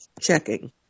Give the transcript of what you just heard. checking